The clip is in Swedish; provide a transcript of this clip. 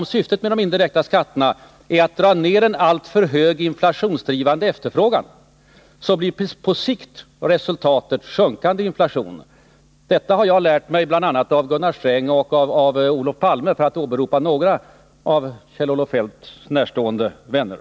Om syftet med de indirekta skatterna är att dra ner en alltför hög inflationsdrivande efterfrågan, så blir resultatet på sikt sjunkande inflation. Detta har jag lärt mig av bl.a. Gunnar Sträng och Olof Palme — för att åberopa några Kjell-Olof Feldt närstående vänner.